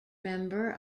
member